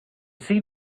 seem